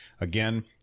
again